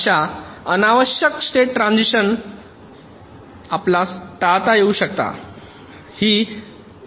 अशा अनावश्यक state transition टाळता येउ शकता ही आयडिया आहे